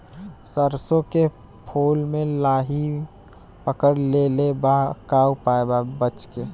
सरसों के फूल मे लाहि पकड़ ले ले बा का उपाय बा बचेके?